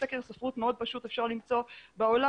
בסקר ספרות מאוד פשוט אפשר למצוא בעולם,